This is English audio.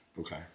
Okay